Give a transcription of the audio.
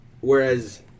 whereas